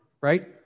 right